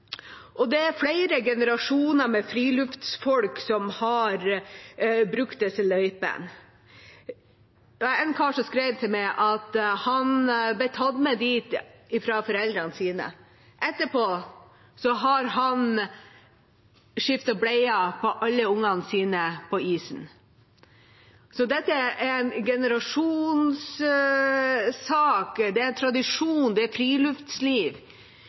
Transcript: Det er flere generasjoner med friluftsfolk som har brukt disse løypene. Det var en kar som skrev til meg at han ble tatt med dit av foreldrene sine. Etterpå har han skiftet bleier på alle ungene sine på isen. Dette er en generasjonssak, det er tradisjon, det er friluftsliv,